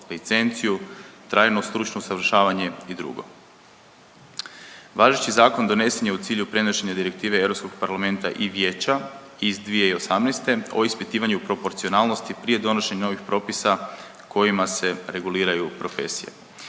licenciju, trajno stručno usavršavanje i drugo. Važeći zakon donesen je u cilju prenošenja direktive Europskog parlamenta i Vijeća iz 2018. o ispitivanju proporcionalnosti prije donošenja ovih propisa kojima se reguliraju profesije.